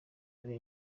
ari